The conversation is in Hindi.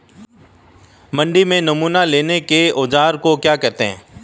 मंडी में नमूना लेने के औज़ार को क्या कहते हैं?